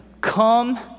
Come